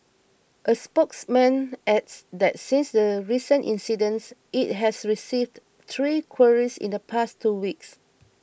a spokesman adds that since the recent incidents it has received three queries in the past two weeks